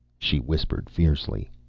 she whispered fiercely.